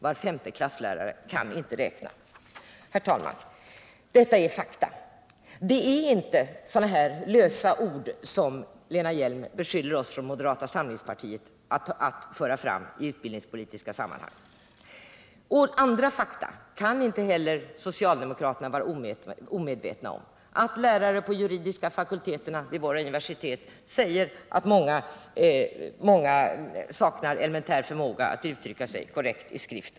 Var femte klasslärare kan inte räkna. Herr talman! Detta är fakta. Det är inte sådana lösa ord som Lena Hjelm Wallén beskyller oss från moderata samlingspartiet för att föra fram i utbildningspolitiska sammanhang. Andra fakta kan inte heller socialdemokraterna vara omedvetna om, t.ex. att lärarna vid de juridiska fakulteterna på våra universitet säger att många blivande jurister saknar elementär förmåga att uttrycka sig korrekt i skrift.